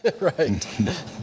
Right